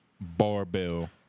Barbell